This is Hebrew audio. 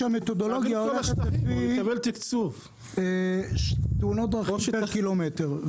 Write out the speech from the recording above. המתודולוגיה הולכת לפי תאונות דרכים פר קילומטר,